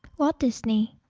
walt disney